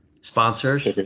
Sponsors